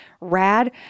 rad